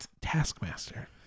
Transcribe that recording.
Taskmaster